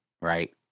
right